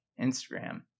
Instagram